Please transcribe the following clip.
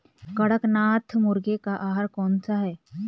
कड़कनाथ मुर्गे का आहार कौन सा है?